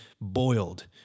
boiled